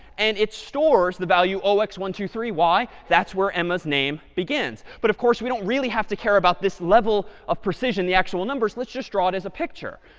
and it stores the value zero x one two three. why? that's where emma's name begins. but of course, we don't really have to care about this level of precision, the actual numbers. let's just draw it as a picture.